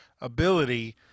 ability